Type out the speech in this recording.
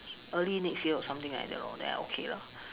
early next year or something like that lor then I okay lah